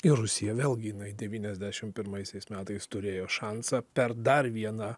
ir rusija vėlgi jinai devyniasdešim pirmaisiais metais turėjo šansą per dar vieną